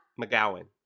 McGowan